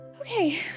Okay